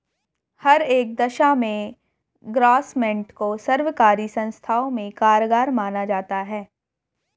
हर एक दशा में ग्रास्मेंट को सर्वकारी संस्थाओं में कारगर माना जाता है